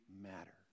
matter